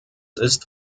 ist